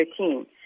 2013